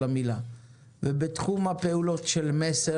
ובתחום הפעולות של מסר?